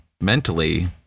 mentally